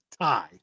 tie